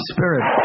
Spirit